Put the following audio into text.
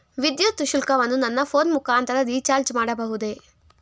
ವಿದ್ಯುತ್ ಶುಲ್ಕವನ್ನು ನನ್ನ ಫೋನ್ ಮುಖಾಂತರ ರಿಚಾರ್ಜ್ ಮಾಡಬಹುದೇ?